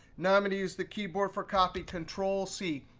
now, i'm going to use the keyboard for copy control c.